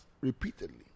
repeatedly